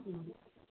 ꯎꯝ